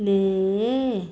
play